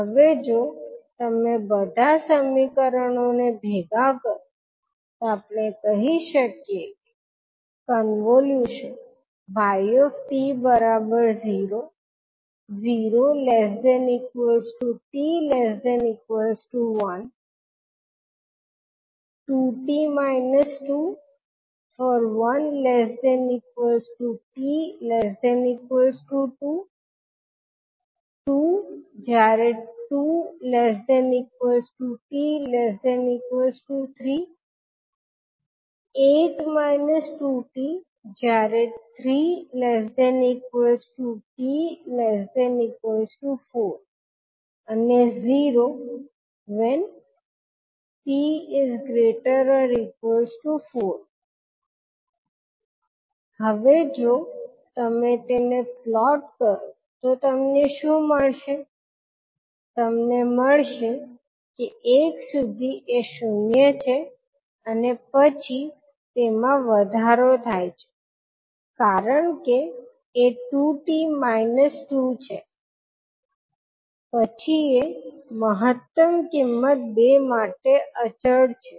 હવે જો તમે બધા સમીકરણો ને ભેગા કરો તો આપણે કહી શકીએ કે કોન્વોલ્યુશન 𝑦𝑡 0 0 ≤ 𝑡 ≤ 1 2𝑡 − 2 1 ≤ 𝑡 ≤ 2 2 2 ≤ 𝑡 ≤ 3 8 − 2𝑡 3 ≤ 𝑡 ≤ 4 0 𝑡 ≥ 4 હવે જો તમે તેને પ્લોટ કરો તો તમને શું મળશે તમને મળશે કે 1 સુધી એ 0 છે અને પછી તેમાં વધારો થાય છે કારણ કે એ 2𝑡 - 2 છે પછી એ મહત્તમ કિંમત 2 સાથે તે અચળ છે